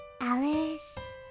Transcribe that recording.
Alice